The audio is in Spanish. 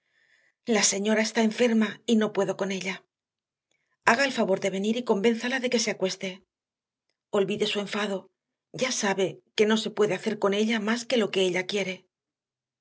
la señora está enferma y no puedo con ella haga el favor de venir y convénzala de que se acueste olvide su enfado ya sabe que no se puede hacer con ella más que lo que ella quiere